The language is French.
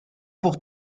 pour